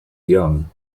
young